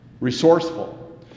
resourceful